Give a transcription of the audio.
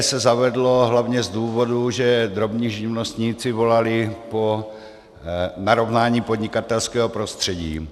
EET se zavedlo hlavně z důvodu, že drobní živnostníci volali po narovnání podnikatelského prostředí.